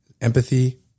empathy